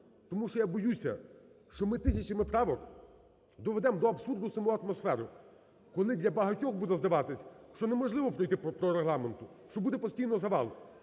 Тому що я боюся, що ми тисячами правок доведемо до абсурду саму атмосферу, коли для багатьох буде здаватись, що неможливо пройти по Регламенту, що буде постійно завал.